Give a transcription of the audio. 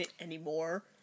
anymore